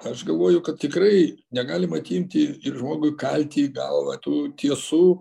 aš galvoju kad tikrai negalima atimti ir žmogui kalti į galvą tų tiesų